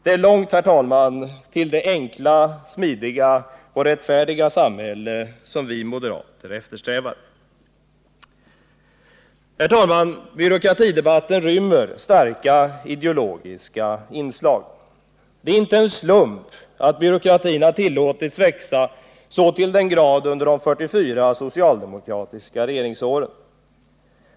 Det är långt, herr talman, till det enkla, smidiga och rättfärdiga samhälle som vi moderater eftersträvar. Herr talman! Byråkratidebatten rymmer starka ideologiska inslag. Det är inte en slump att byråkratin har tillåtits växa så till den grad under de 44 socialdemokratiska regeringsåren.